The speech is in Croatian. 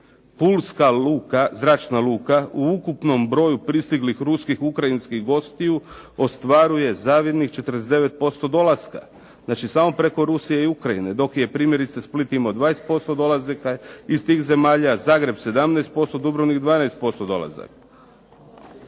pulska luka, zračna luka u ukupnom broju pristiglih ruskih, ukrajinskih gostiju ostvaruje zavidnih 49% dolaska. Znači preko Rusije i Ukrajine. Dok je primjerice Split imao 20% dolaska iz tih zemalja, Zagreb 17%, Dubrovnik 12% dolazaka.